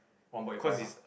one point eight five ah